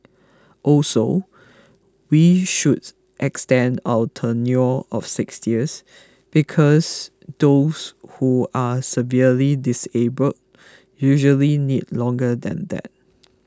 also we should extend our tenure of six years because those who are severely disabled usually need longer than that